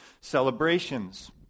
celebrations